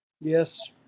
yes